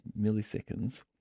milliseconds